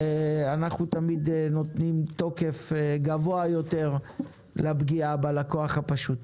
אנחנו מתחילים את דיוני ועדת כלכלה בפגרה בכמה סוגיות דחופות,